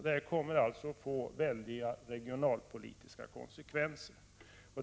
Detta kommer alltså att få väldiga regionalpolitiska konsekvenser.